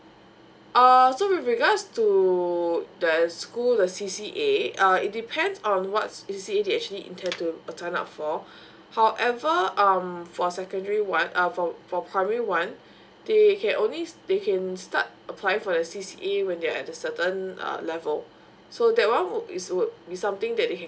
err so with regards to the school the C_C_A err it depends on what C_C_A they actually intend to turn up for however um for secondary one err for for primary one they can only they can start applying for the C_C_A when they're at a certain uh level so that one would is would be something that they can